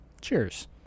Cheers